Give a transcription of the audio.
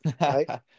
right